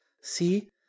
See